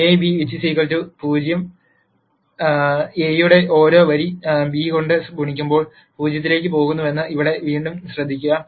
A β 0 A യുടെ ഓരോ വരി β കൊണ്ട് ഗുണിക്കുമ്പോൾ 0 ലേക്ക് പോകുന്നുവെന്ന് ഇവിടെ വീണ്ടും ശ്രദ്ധിക്കുക